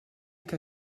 que